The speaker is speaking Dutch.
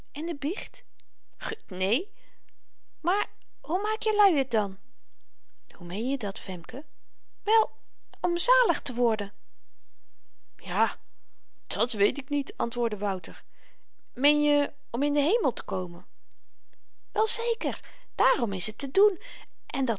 en de biecht gut né maar hoe maak jelui t dan hoe meenje dat femke wel om zalig te worden ja dat weet ik niet antwoordde wouter meenje om in den hemel te komen wel zeker daarom is t te doen en